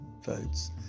votes